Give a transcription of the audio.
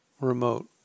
remote